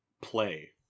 play